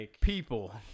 people